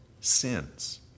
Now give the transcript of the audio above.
sins